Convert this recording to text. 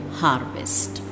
harvest